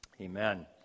amen